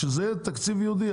שזה יהיה תקציב ייעודי,